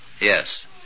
Yes